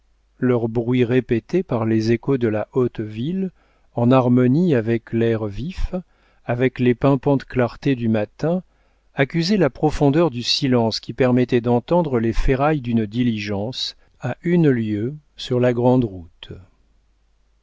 leur bruit répété par les échos de la haute ville en harmonie avec l'air vif avec les pimpantes clartés du matin accusait la profondeur du silence qui permettait d'entendre les ferrailles d'une diligence à une lieue sur la grande route